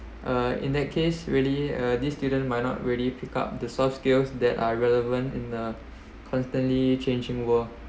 uh in that case really uh these students might not really pick up the soft skills that are relevant in a constantly changing world